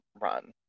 run